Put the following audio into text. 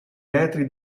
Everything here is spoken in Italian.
metri